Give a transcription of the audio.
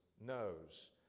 knows